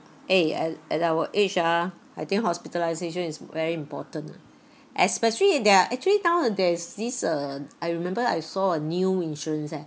eh at at our age ah I think hospitalisation is very important ah especially if there are actually now uh there's this uh I remember I saw a new insurance eh